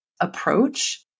approach